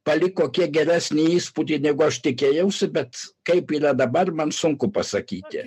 paliko kiek geresnį įspūdį negu aš tikėjausi bet kaip dabar man sunku pasakyti